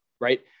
Right